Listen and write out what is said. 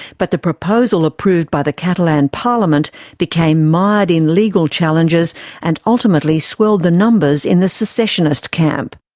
but the proposal approved by the catalan parliament became mired in legal challenges and ultimately swelled the numbers in the secessionist camp.